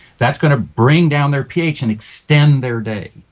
that's going to bring down their ph and extend their day.